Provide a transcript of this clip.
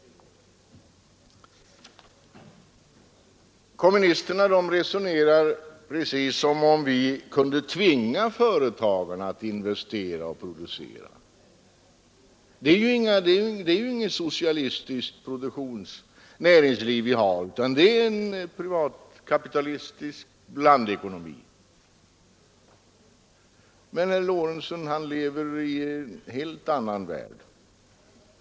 Kommunisterna resonerar precis som om vi kunde tvinga företagarna att investera och producera. Men det är inget socialistiskt näringsliv vi har, utan det är en privatkapitalistisk blandekonomi. Herr Lorentzon lever följaktligen i en helt annan värld.